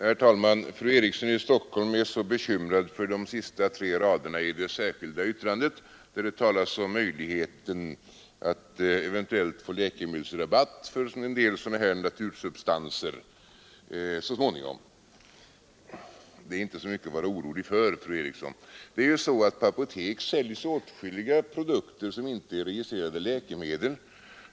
Herr talman! Fru Eriksson i Stockholm är bekymrad för de sista tre raderna i det särskilda yttrandet, där det talas om möjligheten att så småningom eventuellt få läkemedelsrabatt för en del sådana natursubstanser. Det är inte mycket att vara orolig för, fru Eriksson! På apotek säljs också åtskilliga produkter som inte är registrerade läkemedel.